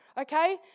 Okay